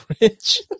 rich